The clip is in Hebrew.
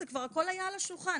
זה כבר הכול היה על השולחן.